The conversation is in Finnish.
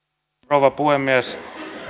rouva puhemies